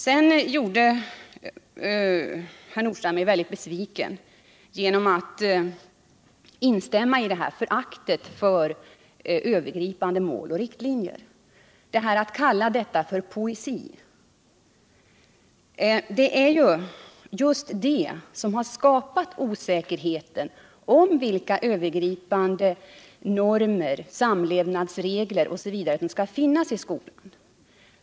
Sedan gjorde herr Nordstrandh mig väldigt besviken genom att instämma i föraktet för övergripande mål och riktlinjer och kalla dem för ”pocesi”. Det är ju just det föraktet som har skapat osäkerheten om vilka övergripande normer, samlevnadsregler osv. som skall finnas i skolan.